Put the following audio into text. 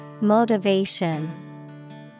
Motivation